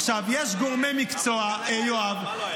עכשיו, יש גורמי מקצוע, יואב.